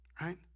Right